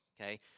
okay